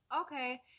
okay